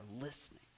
listening